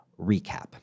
recap